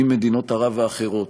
עם מדינות ערב האחרות,